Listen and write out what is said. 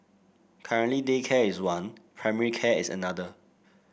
currently daycare is one primary care is another